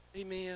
Amen